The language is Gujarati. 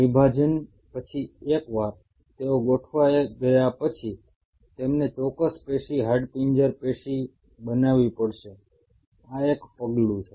વિભાજન પછી એકવાર તેઓ ગોઠવાય ગયા પછી તેમને ચોક્કસ પેશી હાડપિંજર પેશી બનાવવી પડશે આ એક પગલું છે